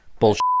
bullshit